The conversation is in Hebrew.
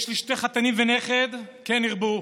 יש לי שני חתנים ונכד, כן ירבו.